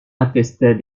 attestaient